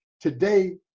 Today